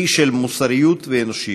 היא גילוי של מוסריות ואנושיות.